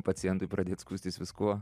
pacientui pradėt skųstis viskuo